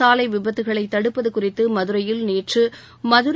சாலை விபத்துக்களை தடுப்பது குறித்து மதுரையில் நேற்று மதுரை